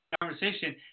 conversation